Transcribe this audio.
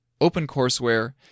OpenCourseWare